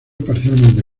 parcialmente